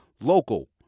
local